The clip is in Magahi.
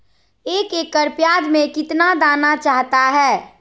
एक एकड़ प्याज में कितना दाना चाहता है?